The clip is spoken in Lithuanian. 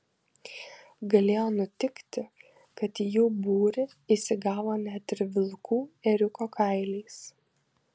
galėjo nutikti kad į jų būrį įsigavo net ir vilkų ėriuko kailiais